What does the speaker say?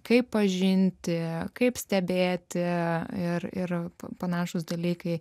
kaip pažinti kaip stebėti ir ir panašūs dalykai